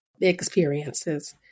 experiences